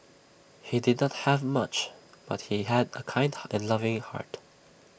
he did not have much but he had A kind and loving heart